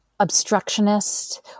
obstructionist